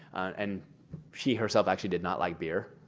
and she herself actually did not like beer.